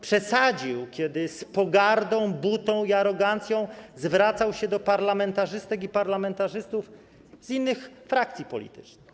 Przesadził, kiedy z pogardą, butą i arogancją zwracał się do parlamentarzystek i parlamentarzystów z innych frakcji politycznych.